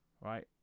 right